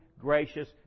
gracious